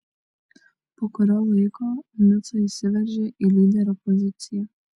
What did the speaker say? po kurio laiko nico įsiveržė į lyderio poziciją